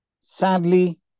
Sadly